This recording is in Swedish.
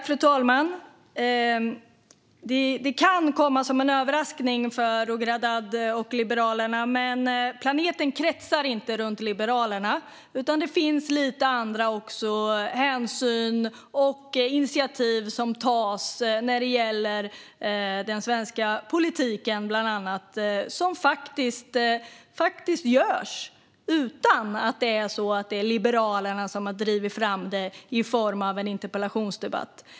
Fru talman! Det kan komma som en överraskning för Roger Haddad och Liberalerna, men planeten kretsar inte runt Liberalerna. Det finns faktiskt andra hänsyn och initiativ när det gäller bland annat den svenska politiken som tas utan att det är Liberalerna som har drivit fram det i form av en interpellationsdebatt.